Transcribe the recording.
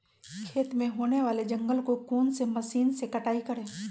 खेत में होने वाले जंगल को कौन से मशीन से कटाई करें?